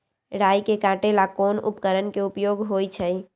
राई के काटे ला कोंन उपकरण के उपयोग होइ छई?